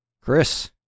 Chris